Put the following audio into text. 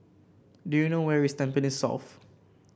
do you know where is Tampines South